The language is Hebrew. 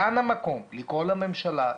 כאן המקום לקרוא לממשלה,